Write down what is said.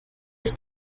ich